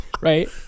Right